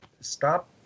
stop